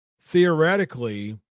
theoretically